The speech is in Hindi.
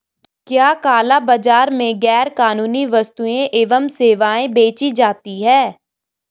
क्या काला बाजार में गैर कानूनी वस्तुएँ एवं सेवाएं बेची जाती हैं?